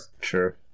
Sure